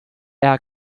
air